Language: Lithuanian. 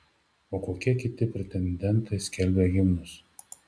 o kokie kiti pretendentai skelbia himnus